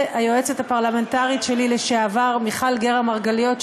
והיועצת הפרלמנטרית שלי לשעבר מיכל גרא-מרגליות.